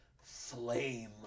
Flame